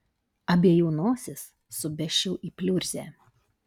abiejų nosis subesčiau į pliurzę